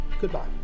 Goodbye